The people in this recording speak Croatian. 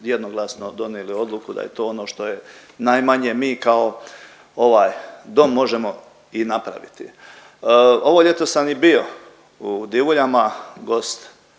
jednoglasno donijeli odluku da je to ono što je najmanje mi kao ovaj dom možemo i napraviti. Ovo ljeto sam i bio u Divuljama gost